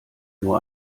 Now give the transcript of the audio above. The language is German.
nur